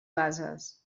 bases